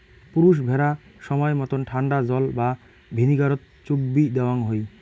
পুরুষ ভ্যাড়া সমায় মতন ঠান্ডা জল বা ভিনিগারত চুগবি দ্যাওয়ং হই